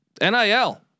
NIL